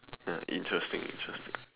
ya interesting interesting